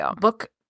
book